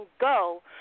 go